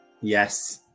Yes